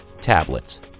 tablets